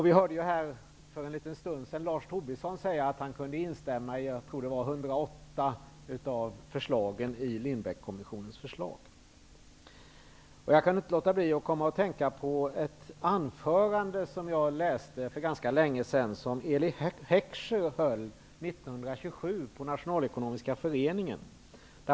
Vi hörde för en stund sedan Lars Tobisson säga att han kunde instämma i 108 av Lindbeckkommissionens förslag. Jag kan inte låta bli att tänka på ett anförande som jag läste för ganska länge sedan som Eli Heckscher höll 1927 på Nationalekonomiska föreningen.